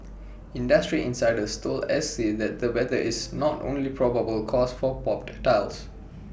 industry insiders told S T that the weather is not only probable cause for popped tiles